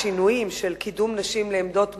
השינויים של קידום נשים לעמדות מפתח,